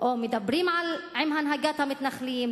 או מדברים עם הנהגת המתנחלים,